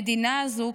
המדינה הזו,